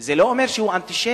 וזה לא אומר שהוא אנטישמי.